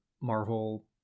Marvel